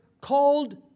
called